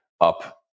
up